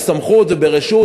בסמכות וברשות,